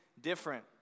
different